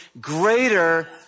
greater